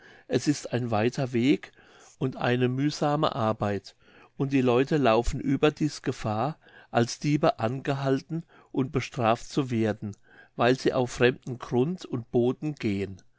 es ist ein weiter weg und eine mühsame arbeit und die leute laufen überdies gefahr als diebe angehalten und bestraft zu werden weil sie auf fremden grund und boden gehen